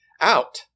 out